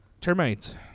Termites